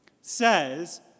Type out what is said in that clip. says